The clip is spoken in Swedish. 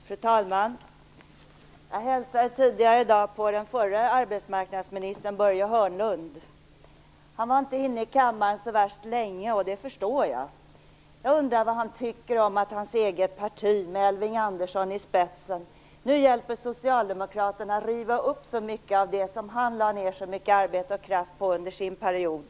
Fru talman! Jag hälsade tidigare i dag på den förre arbetsmarknadsministern Börje Hörnlund. Han var inte inne i kammaren så värst länge, och det förstår jag. Jag undrar vad han tycker om att hans eget parti, med Elving Andersson i spetsen, nu hjälper Socialdemokraterna att riva upp mycket av det som han lade ned arbete och kraft på under sin period.